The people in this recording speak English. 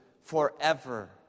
forever